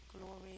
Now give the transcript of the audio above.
glory